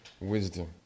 wisdom